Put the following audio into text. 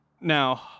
Now